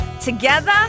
together